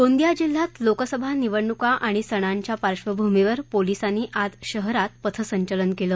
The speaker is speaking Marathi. गोंदिया जिल्ह्यात लोकसभा निवडणूका आणि संणांच्या पार्श्वभूमीवर पोलिसांनी आज शहरात पथसंचलन केलं